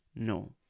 No